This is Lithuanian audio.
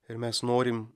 ir mes norim